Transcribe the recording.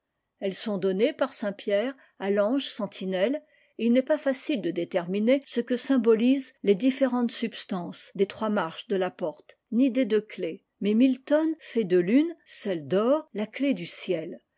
elles sont données par saint pierre à l'ange sentinelle et il n'est pas facile de déterminer ce que symbolisent les dinérentes substances des trois marches de la porte ni des deux clefs mais milton fait de l'une celle d'or la clef du ciel